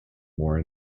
more